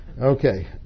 Okay